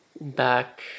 back